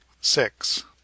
Six